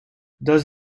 does